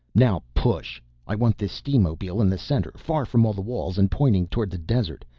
now push. i want this steamobile in the center, far from all the walls, and pointing towards the desert.